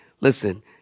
Listen